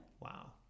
wow